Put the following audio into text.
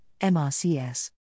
MRCS